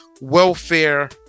welfare